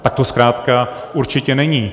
Tak to zkrátka určitě není.